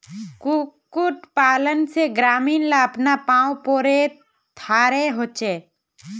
कुक्कुट पालन से ग्रामीण ला अपना पावँ पोर थारो होचे